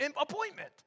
appointment